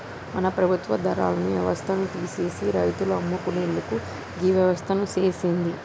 మన ప్రభుత్వ దళారి యవస్థను తీసిసి రైతులు అమ్ముకునేందుకు గీ వ్యవస్థను సేసింది